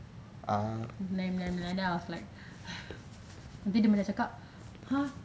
and then I was like ugh nanti dia macam cakap